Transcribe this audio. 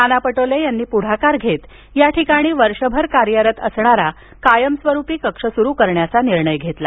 नाना पटोले यांनी पुढाकार घेत या ठिकाणी वर्षभर कार्यरत असणारा कायस्वरुपी कक्ष सुरू करण्याचा निर्णय घेतला